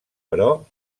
però